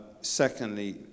Secondly